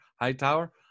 Hightower